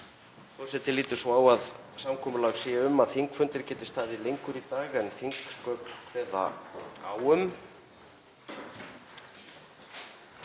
Forseti lítur svo á að samkomulag sé um að þingfundir geti staðið lengur í dag en þingsköp kveða á um.